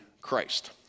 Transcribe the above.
Christ